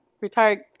retired